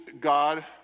God